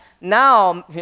now